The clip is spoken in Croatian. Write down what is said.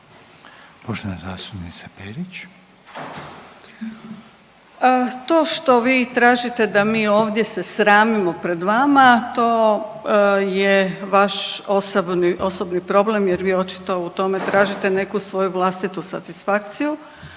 Grozdana (HDZ)** To što vi tražite da mi ovdje se sramimo pred vama to je vaš osobni problem jer vi očito u tome tražite neku svoju vlastitu satisfakciju.